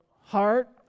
heart